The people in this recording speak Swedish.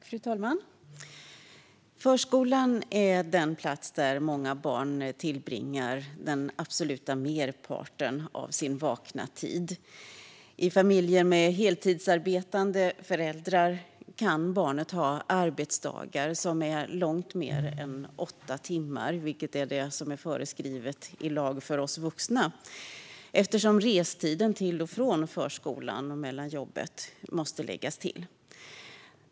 Fru talman! Förskolan är den plats där många barn tillbringar den absoluta merparten av sin vakna tid. I familjer med heltidsarbetande föräldrar kan barnet ha "arbetsdagar" som är långt mer än åtta timmar, vilket är det som är föreskrivet i lag för oss vuxna, eftersom restiden mellan förskolan och jobbet måste läggas till.